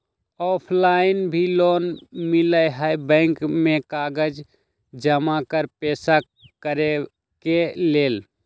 Offline भी loan मिलहई bank में कागज जमाकर पेशा करेके लेल?